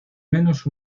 menos